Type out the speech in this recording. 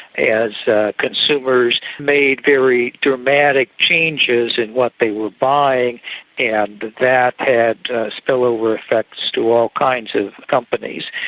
as consumers made very dramatic changes in what they were buying and that had spillover effects to all kinds of companies.